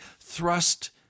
thrust